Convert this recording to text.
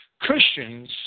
Christians